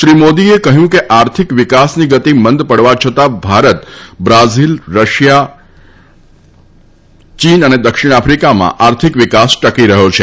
શ્રી મોદીએ કહ્યું કે આર્થિક વિકાસની ગતિ મંદ પડવા છતાં ભારત બ્રાઝિલ રશિયા ચીન અને દક્ષિણ આફિકામાં આર્થિક વિકાસ ટકી રહ્યો છે